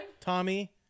tommy